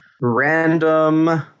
Random